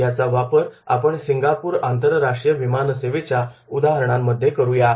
याचा वापर आपण सिंगापूर आंतरराष्ट्रीय विमान सेवेच्या उदाहरणांमध्ये करूया